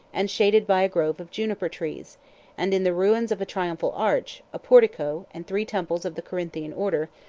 and shaded by a grove of juniper-trees and, in the ruins of a triumpha arch, a portico, and three temples of the corinthian order,